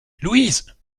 louise